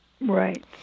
Right